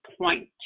point